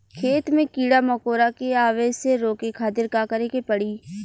खेत मे कीड़ा मकोरा के आवे से रोके खातिर का करे के पड़ी?